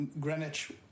Greenwich